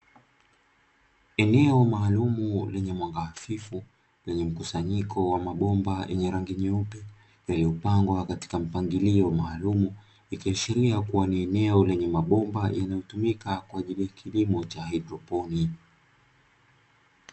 Eneo maalumu lenye mwanga wa hafifu, lenye mkusanyiko wa mabomba yenye rangi nyeupe, yaliyopangwa katika mpangilio maalumu, ikiashiria ya kuwa ni eneo lenye mabomba yanayotumika kwa ajili ya kilimo cha haidroponi.